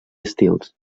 estils